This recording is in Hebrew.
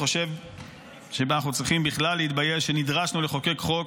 אני חושב שאנחנו צריכים בכלל להתבייש שנדרשנו לחוקק חוק,